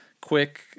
quick